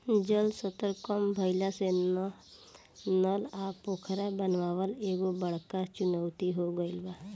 जल स्तर कम भइला से नल आ पोखरा बनावल एगो बड़का चुनौती हो गइल बा